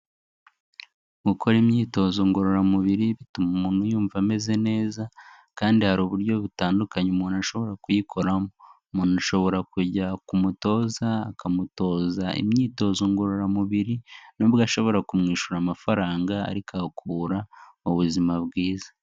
Gukora imyitozo ngororamubiri bituma umuntu yumva ameze neza, kandi hari uburyo butandukanye umuntu ashobora kuyikoramo, umuntu ashobora kujya ku mutoza akamutoza imyitozo ngororamubiri, n'ubwo ashobora kumwishura amafaranga ariko ahakura ubuzima bwiza.